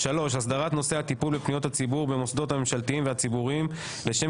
הסדרת נושא הטיפול בפניות הציבור במוסדות הממשלתיים והציבוריים לשם